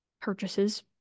purchases